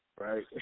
right